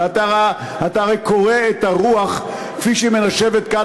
ואתה הרי קורא את הרוח כפי שהיא מנשבת כאן,